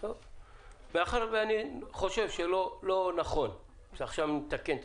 מאחר שאני חושב שלא נכון שעכשיו נתקן את